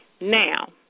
Now